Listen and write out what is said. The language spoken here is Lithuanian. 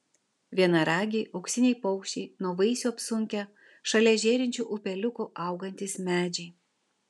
vienaragiai auksiniai paukščiai nuo vaisių apsunkę šalia žėrinčių upeliukų augantys medžiai